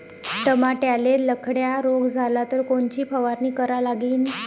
टमाट्याले लखड्या रोग झाला तर कोनची फवारणी करा लागीन?